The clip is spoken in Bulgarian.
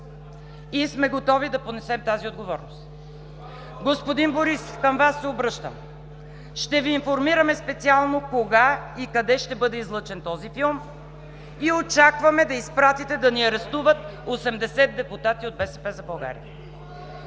и сме готови да понесем тази отговорност. Господин Борисов, към Вас се обръщам, ще Ви информираме специално кога и къде ще бъде излъчен този филм, и очакваме да изпратите да ни арестуват – 80 депутати от „БСП за България“.